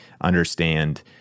understand